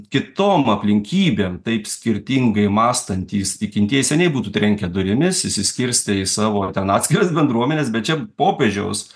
kitom aplinkybėm taip skirtingai mąstantys tikintieji seniai būtų trenkę durimis išsiskirstę į savo ten atskiras bendruomenes bet čia popiežiaus